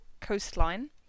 coastline